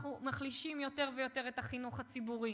אנחנו מחלישים יותר ויותר את החינוך הציבורי,